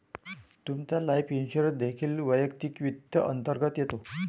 तुमचा life insurance देखील वैयक्तिक वित्त अंतर्गत येतो